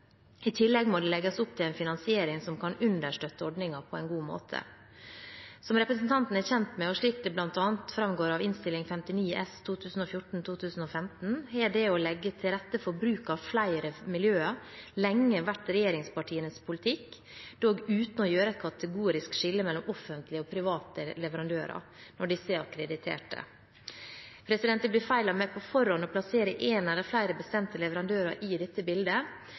I tillegg må det legges opp til en finansiering som kan understøtte ordningen på en god måte. Som representanten er kjent med, og slik det bl.a. framgår av Innst. 59 S for 2014–2015, har det å legge til rette for bruk av flere miljø lenge vært regjeringspartienes politikk, dog uten å gjøre et kategorisk skille mellom offentlige og private leverandører når disse er akkreditert. Det blir feil av meg på forhånd å plassere én eller flere bestemte leverandører i dette bildet.